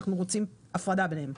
אנחנו רוצים הפרדה ביניהם.